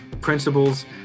principles